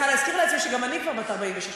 אני צריכה להזכיר לעצמי שגם אני כבר בת 46,